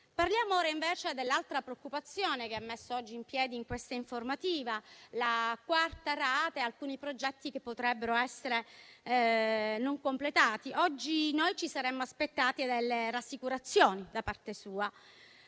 Parliamo ora, invece, dell'altra preoccupazione che ha sollevato oggi questa informativa, quella sulla quarta rata e su alcuni progetti che potrebbero essere non completati. Oggi noi ci saremmo aspettati delle rassicurazioni da parte sua,